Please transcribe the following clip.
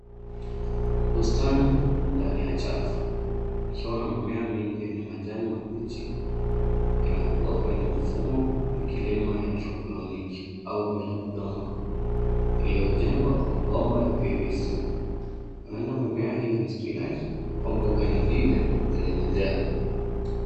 Bustani ndani ya chafu ikiwa na mimea mingi yenye majani mabichi inayokua kwenye mfumo wa kilimo hydroponic au bila udongo, iliyojengwa kwa mabomba ya PVC.Huenda mimea hii ni spinach au mboga nyingine zenye majani.